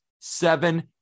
seven